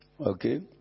Okay